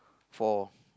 for